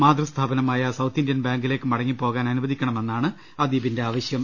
മാതൃസ്ഥാപനമായ South Indian ബാങ്കിലേക്ക് മടങ്ങിപ്പോകാൻ അനുവദിക്കണമെന്നാണ് അദീബിന്റെ ആവശ്യം